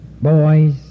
boys